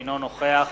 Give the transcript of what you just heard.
אינו נוכח